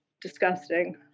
disgusting